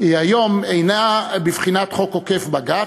היום אינה בבחינת חוק עוקף-בג"ץ,